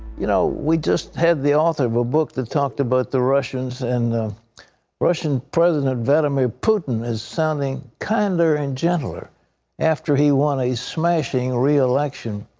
you know, we just had the author of a book that talked about the russians, and russian president vladimir putin is sounding kinder and gentler after he won a smashing re-election.